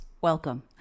Welcome